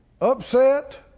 upset